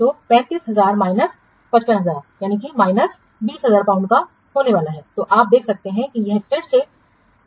तो 35000 minus 55000 minus 20000 pound का होने वाला है तो आप देख सकते हैं कि यह फिर से नकारात्मक है